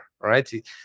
right